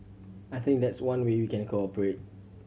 I think that's one way we can cooperate